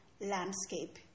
landscape